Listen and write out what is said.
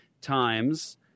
times